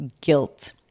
guilt